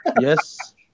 Yes